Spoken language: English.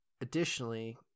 additionally